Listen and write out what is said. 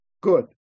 good